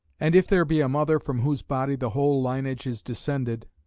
and if there be a mother from whose body the whole linage is descended,